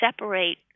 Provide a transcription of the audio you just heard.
separate